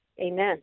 Amen